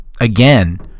again